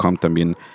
también